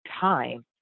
time